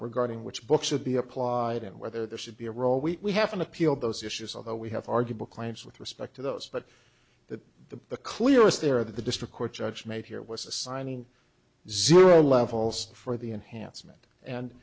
regarding which books should be applied and whether there should be a role we haven't appealed those issues although we have arguable claims with respect to those but that the clearest there that the district court judge made here was assigning zero levels for the enhancement and